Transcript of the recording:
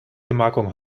gemarkung